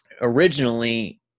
originally